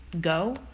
go